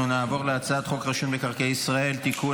אנחנו נעבור להצעת חוק רשות מקרקעי ישראל (תיקון,